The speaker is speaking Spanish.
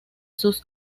sus